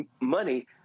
money